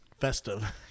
Festive